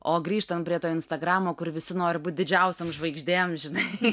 o grįžtant prie to instagramo kur visi nori būt didžiausiom žvaigždėm žinai